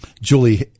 Julie